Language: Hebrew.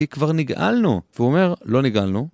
היא כבר נגעלנו והוא אומר לא נגעלנו